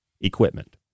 equipment